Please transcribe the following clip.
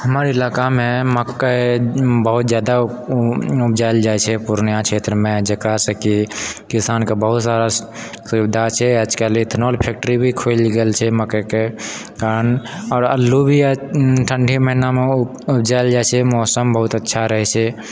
हमर इलाकामे मकइ बहुत ज्यादा उपजायल जाइत छै पुर्णियाँ क्षेत्रमे जकरासँ कि किसानके बहुत सारा सुविधा छै आजकल इतना फैक्टरी भी खुलि गेल छै मकइके कारण आओर आलू भी ठण्डी महीनामे उपजायल जाइत छै मौसम बहुत अच्छा रहैत छै